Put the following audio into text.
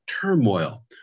turmoil